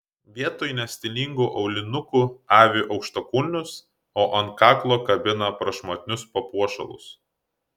vietoj nestilingų aulinukų avi aukštakulnius o ant kaklo kabina prašmatnius papuošalus